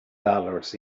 dollars